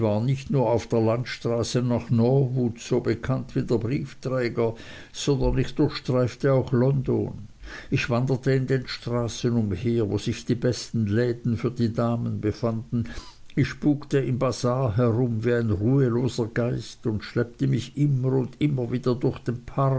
nicht nur auf der landstraße nach norwood so bekannt wie der briefträger sondern ich durchstreifte auch london ich wanderte in den straßen umher wo sich die besten läden für damen befanden ich spukte im basar herum wie ein ruheloser geist und schleppte mich immer und immer wieder durch den park